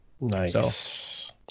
Nice